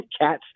cats